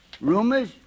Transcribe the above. Rumors